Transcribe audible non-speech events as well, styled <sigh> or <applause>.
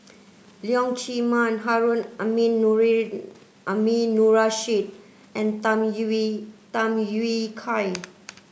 Leong Chee Mun Harun <unintelligible> Aminurrashid and Tham Yui Tham Yui Kai